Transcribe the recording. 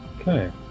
Okay